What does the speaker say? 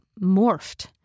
morphed